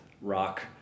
rock